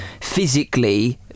physically